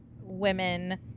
women